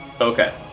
Okay